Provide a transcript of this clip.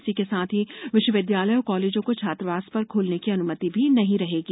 इसी के साथ विश्वविद्यालय और कॉलेजों को छात्रावास खोलने की अनुमति भी नहीं रहेगी